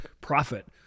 Profit